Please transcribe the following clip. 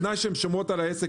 בתנאי שהיא שומרת על העסק.